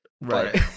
right